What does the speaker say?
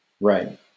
Right